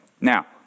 Now